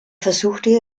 versuchte